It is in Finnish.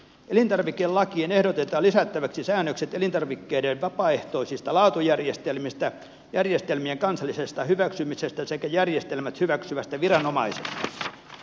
elintarvikelakiin ehdotetaan lisättäväksi säännökset elintarvikkeiden vapaaehtoisista laatujärjestelmistä järjestelmien kansallisesta hyväksymisestä sekä järjestelmät hyväksyvästä viranomaisesta